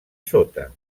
sota